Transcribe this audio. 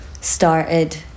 started